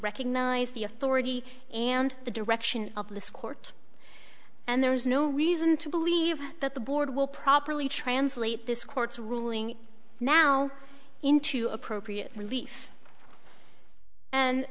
recognize the authority and the direction of this court and there is no reason to believe that the board will properly translate this court's ruling now into appropriate relief and